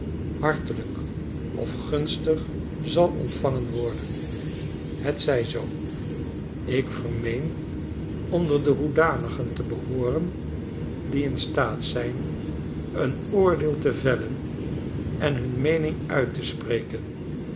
hartelyk of gunstig zal ontvangen worden het zij zoo ik vermeen onder de zoodanigen te behooren die in staat zijn een oordeel te velen en hun meening uit te spreken